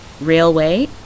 railway